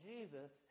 Jesus